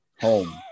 home